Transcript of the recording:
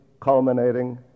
culminating